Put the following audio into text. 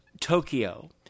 Tokyo